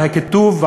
על הקיטוב,